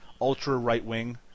ultra-right-wing